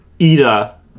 Ida